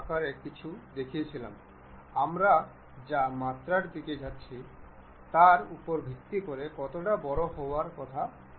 সুতরাং আসুন আমরা প্রতি বিপ্লবে 10 বলি 5 mm প্রবেশ করি